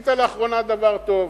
עשית לאחרונה דבר טוב,